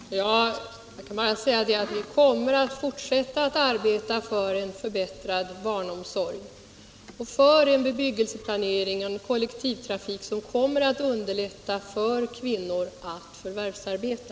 Herr talman! Jag vill bara säga att vi kommer att fortsätta arbeta för en förbättrad barnomsorg och för en bebyggelseplanering och kollektivtrafik som kommer att underlätta för kvinnor att förvärvsarbeta.